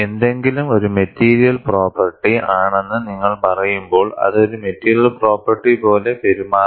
എന്തെങ്കിലും ഒരു material property ആണെന്ന് നിങ്ങൾ പറയുമ്പോൾ അത് ഒരു മെറ്റീരിയൽ പ്രോപ്പെർട്ടി പോലെ പെരുമാറണം